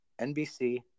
NBC